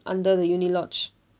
under the uni lodge